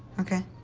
ok.